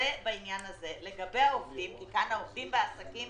לגבי העובדים, שכרוכים בעסקים